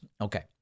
okay